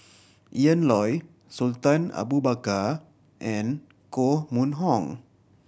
Ian Loy Sultan Abu Bakar and Koh Mun Hong